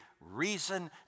reason